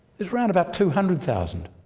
it's around about two hundred thousand.